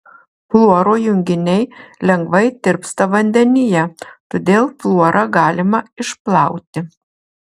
fluoro junginiai lengvai tirpsta vandenyje todėl fluorą galima išplauti